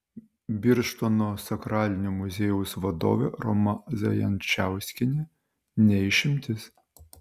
birštono sakralinio muziejaus vadovė roma zajančkauskienė ne išimtis